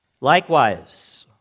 Likewise